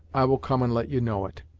i will come and let you know it.